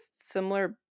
similar